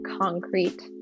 concrete